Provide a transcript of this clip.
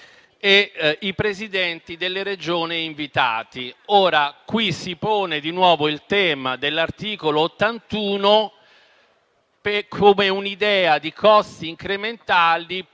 e i Presidenti delle Regioni invitati. Qui si pone di nuovo il tema dell'articolo 81 come un'idea di costi incrementali